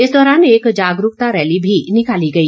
इस दौरान एक जागरूकता रैली भी निकाली गई